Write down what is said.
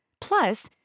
Plus